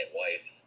wife